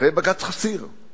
אחרי בג"ץ קציר